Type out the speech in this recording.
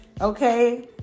Okay